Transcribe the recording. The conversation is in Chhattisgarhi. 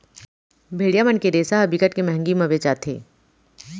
भेड़िया मन के रेसा ह बिकट के मंहगी म बेचाथे